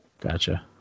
gotcha